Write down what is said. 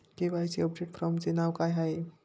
KYC update फॉर्मचे नाव काय आहे?